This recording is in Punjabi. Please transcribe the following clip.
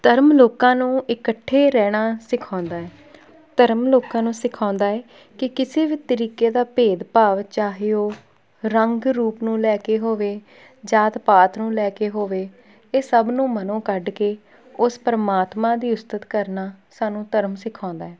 ਧਰਮ ਲੋਕਾਂ ਨੂੰ ਇਕੱਠੇ ਰਹਿਣਾ ਸਿਖਾਉਂਦਾ ਹੈ ਧਰਮ ਲੋਕਾਂ ਨੂੰ ਸਿਖਾਉਂਦਾ ਹੈ ਕਿ ਕਿਸੇ ਵੀ ਤਰੀਕੇ ਦਾ ਭੇਦਭਾਵ ਚਾਹੇ ਉਹ ਰੰਗ ਰੂਪ ਨੂੰ ਲੈ ਕੇ ਹੋਵੇ ਜਾਤ ਪਾਤ ਨੂੰ ਲੈ ਕੇ ਹੋਵੇ ਇਹ ਸਭ ਨੂੰ ਮਨੋ ਕੱਢ ਕੇ ਉਸ ਪਰਮਾਤਮਾ ਦੀ ਉਸਤਤ ਕਰਨਾ ਸਾਨੂੰ ਧਰਮ ਸਿਖਾਉਂਦਾ ਹੈ